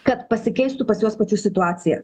kad pasikeistų pas juos pačius situacija